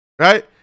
Right